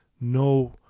no